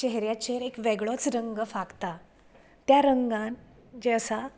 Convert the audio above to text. चेहऱ्याचेर एक वेगळोच रंग फांकता त्या रंगान जे आसा